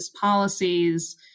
policies